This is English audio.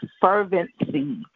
fervency